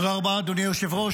תודה רבה, אדוני היושב-ראש.